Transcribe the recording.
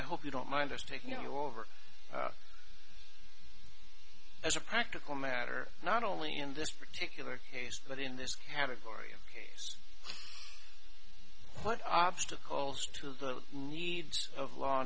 i hope you don't mind us taking you over as a practical matter not only in this particular case but in this category of what obstacles to the needs of law